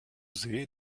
see